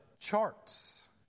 charts